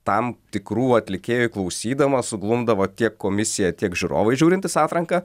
tam tikrų atlikėjų klausydama suglumdavo tiek komisija tiek žiūrovai žiūrintys atranką